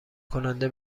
کننده